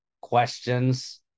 questions